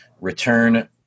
return